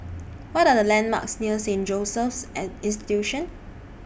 What Are The landmarks near Saint Joseph's and Institution